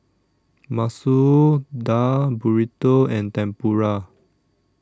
Masoor Dal Burrito and Tempura